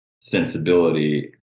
sensibility